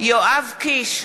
יואב קיש,